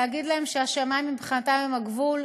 להגיד להם שהשמים מבחינתם הם הגבול,